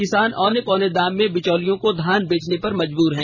किसान औने पौने दाम में बिचौलिए को धान बेचने पर मजबूर हैं